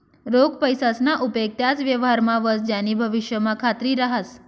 रोख पैसासना उपेग त्याच व्यवहारमा व्हस ज्यानी भविष्यमा खात्री रहास